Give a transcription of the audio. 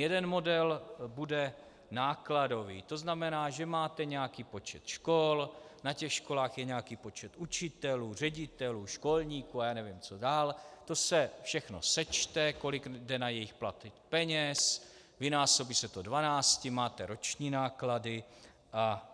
Jeden model bude nákladový, to znamená, že máte nějaký počet škol, na těch školách je nějaký počet učitelů, ředitelů, školníků a já nevím, co dál, to se všechno sečte, kolik jde na jejich platy peněz, vynásobí se to 12, máte roční náklady a